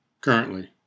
currently